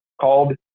called